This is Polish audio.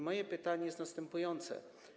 Moje pytanie jest następujące.